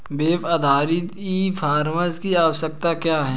Web आधारित e commerce की आवश्यकता क्या है?